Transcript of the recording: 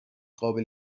قابل